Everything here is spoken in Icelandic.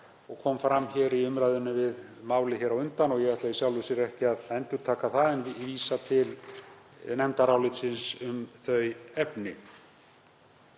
og kom fram í umræðunni um málið hér á undan og ég ætla í sjálfu sér ekki að endurtaka það en vísa til nefndarálitsins um þau efni.